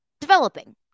developing